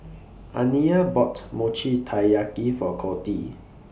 Aniya bought Mochi Taiyaki For Coty